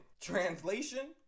Translation